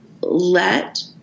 let